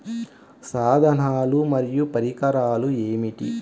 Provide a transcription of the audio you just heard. సాధనాలు మరియు పరికరాలు ఏమిటీ?